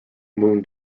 moon